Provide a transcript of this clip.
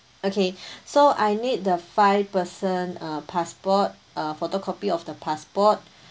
okay so I need the five person uh passport uh photocopy of the passport